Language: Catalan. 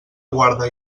guarda